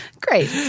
Great